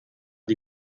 die